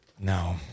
no